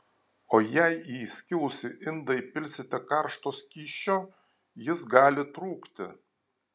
o jei į įskilusį indą įpilsite karšto skysčio jis gali trūkti